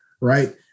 right